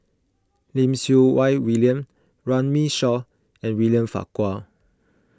Lim Siew Wai William Runme Shaw and William Farquhar